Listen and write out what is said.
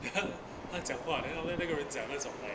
他讲话 then after that 那个人讲那种 like